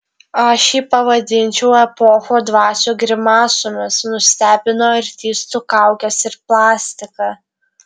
aš jį pavadinčiau epochų dvasių grimasomis nustebino artistų kaukės ir plastika